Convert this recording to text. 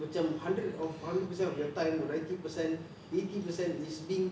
macam hundred of hundred per cent of your time or ninety per cent eighty per cent is being